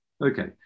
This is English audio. Okay